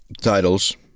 titles